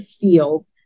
feel